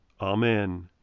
Amen